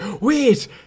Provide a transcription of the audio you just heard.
wait